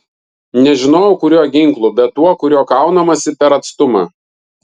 nežinojau kuriuo ginklu bet tuo kuriuo kaunamasi per atstumą